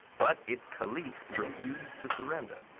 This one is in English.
but its kalif refused to surrender,